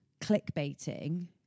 clickbaiting